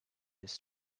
this